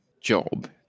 job